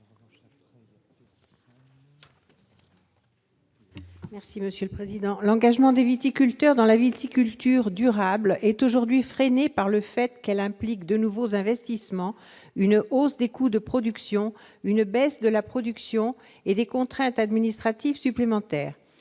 n° II-2 rectifié . L'engagement des viticulteurs dans la viticulture durable est aujourd'hui freiné par le fait que celle-ci implique de nouveaux investissements, une hausse des coûts de production, une baisse de la production et des contraintes administratives supplémentaires.